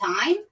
time